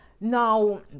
now